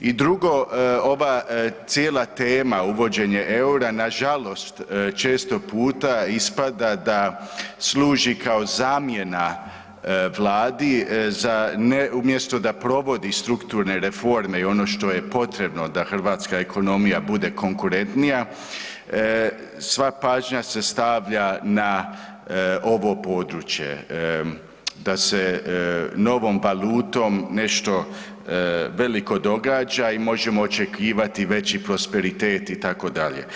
I drugo ova cijela tema uvođenje EUR-a, nažalost često puta ispada da služi kao zamjena Vladi za, umjesto da provodi strukturne reforme i ono što je potrebno da hrvatska ekonomija bude konkurentnija, sva pažnja se stavlja na ovo područje, da se novom valutom nešto veliko događa i možemo očekivati veći prosperitet itd.